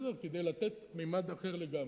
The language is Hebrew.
כדי לתת ממד אחר לגמרי.